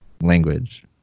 language